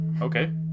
Okay